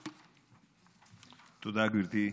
תודה, גברתי.